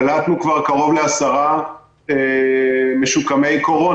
קלטנו כבר קרוב ל-10 משוקמיי קורונה.